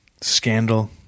scandal